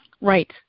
Right